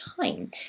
time